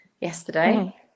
yesterday